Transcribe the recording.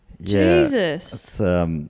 Jesus